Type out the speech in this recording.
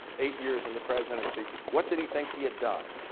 eight years in the presidency, what did he think he had done?